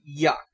yuck